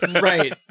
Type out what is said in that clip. right